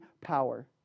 power